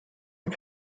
dem